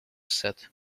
set